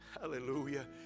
Hallelujah